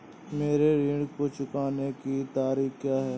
मेरे ऋण को चुकाने की तारीख़ क्या है?